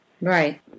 Right